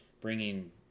bringing